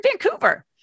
Vancouver